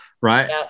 Right